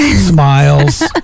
smiles